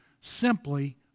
simply